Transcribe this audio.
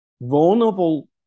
vulnerable